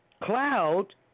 cloud